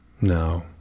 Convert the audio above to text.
No